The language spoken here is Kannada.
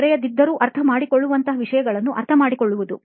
ಬರೆಯದಿದ್ದರೂ ಅರ್ಥಮಾಡಿಕೊಳ್ಳುವಂತಹ ವಿಷಯಗಳನ್ನು ಅರ್ಥಮಾಡಿಕೊಳ್ಳುವುದು